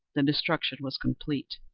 the destruction was complete.